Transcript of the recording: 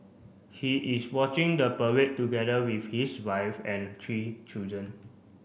he is watching the parade together with his wife and three children